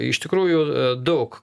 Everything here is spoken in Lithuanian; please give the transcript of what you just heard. iš tikrųjų daug